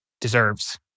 deserves